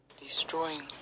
destroying